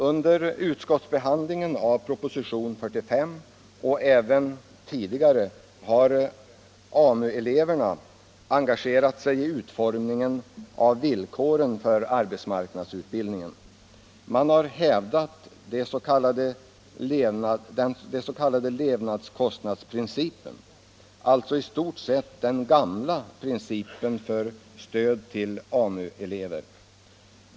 Under utskottsbehandlingen av propositionen 45 och även tidigare har AMU-eleverna engagerat sig i utformningen av villkoren för AMU-utbildningen. Man har hävdat den s.k. levnadskostnadsprincipen, alltså i stort sett den gamla principen för stöd till AMU-elever.